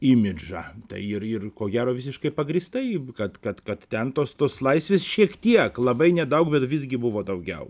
imidžą ir ir ko gero visiškai pagrįstai kad kad kad ten tos tos laisvės šiek tiek labai nedaug bet visgi buvo daugiau